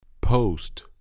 Post